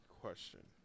question